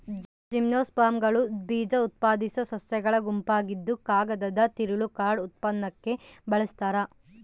ಜಿಮ್ನೋಸ್ಪರ್ಮ್ಗಳು ಬೀಜಉತ್ಪಾದಿಸೋ ಸಸ್ಯಗಳ ಗುಂಪಾಗಿದ್ದುಕಾಗದದ ತಿರುಳು ಕಾರ್ಡ್ ಉತ್ಪನ್ನಕ್ಕೆ ಬಳಸ್ತಾರ